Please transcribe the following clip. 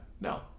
No